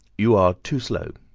you are too slow,